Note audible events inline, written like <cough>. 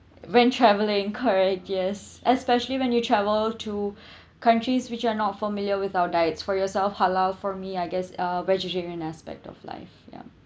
when travelling correct yes especially when you travel to <breath> countries which are not familiar with our diets for yourself halal for me I guess uh vegetarian aspect of life ya